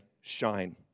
shine